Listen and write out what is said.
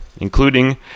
including